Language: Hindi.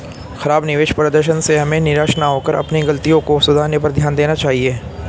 खराब निवेश प्रदर्शन से हमें निराश न होकर अपनी गलतियों को सुधारने पर ध्यान देना चाहिए